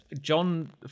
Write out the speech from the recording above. John